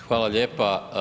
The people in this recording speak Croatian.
Hvala lijepa.